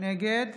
נגד